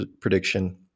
prediction